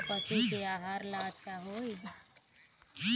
कमल के फूल रुस्सी आ सफेद बाल के कम करई छई